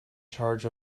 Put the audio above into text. charge